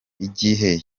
gihe